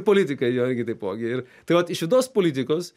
politikai jo irgi taipogi ir tai vat iš vidaus politikos